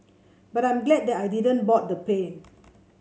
but I'm glad that I didn't board the plane